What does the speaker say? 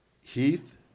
Heath